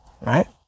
Right